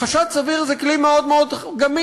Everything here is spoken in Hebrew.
חשד סביר זה כלי מאוד מאוד גמיש,